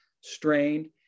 strained